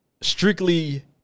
strictly